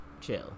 Chill